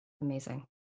Amazing